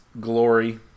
glory